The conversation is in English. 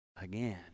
again